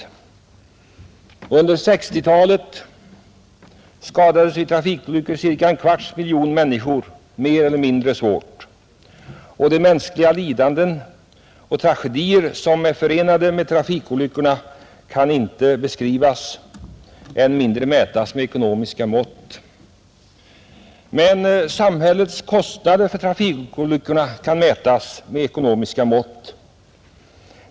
Under 1960-talet skadades i trafikolyckor cirka en kvarts miljon människor mer eller mindre svårt, De mänskliga lidanden och tragedier som är förenade med trafikolyckor kan inte beskrivas, än mindre mätas med ekonomiska mått. Men samhällets kostnader för trafikolyckorna kan mätas med ekonomiska mått.